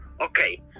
Okay